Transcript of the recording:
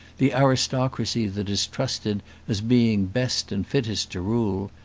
the aristocracy that is trusted as being best and fittest to rule,